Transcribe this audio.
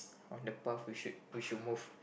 on the path we should we should move